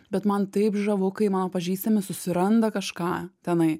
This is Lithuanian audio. bet man taip žavu kai mano pažįstami susiranda kažką tenai